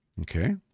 okay